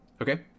Okay